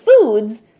foods